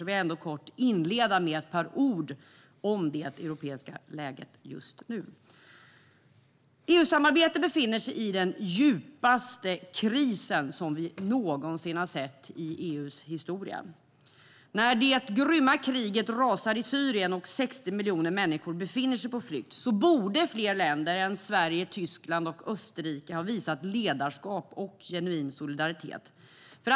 Jag vill kort inleda med ett par ord om det europeiska läget just nu.EU-samarbetet befinner sig i den djupaste kris vi någonsin har sett i EU:s historia. När det grymma kriget rasar i Syrien och 60 miljoner befinner sig på flykt borde fler länder än Sverige, Tyskland och Österrike ha visat ledarskap och genuin solidaritet.